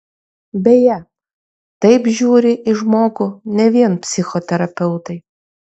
beje taip žiūri į žmogų ne vien psichoterapeutai